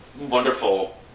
wonderful